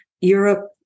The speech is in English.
Europe